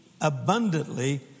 abundantly